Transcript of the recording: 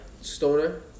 stoner